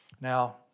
Now